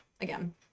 again